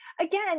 again